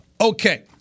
Okay